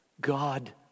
God